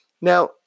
Now